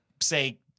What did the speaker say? say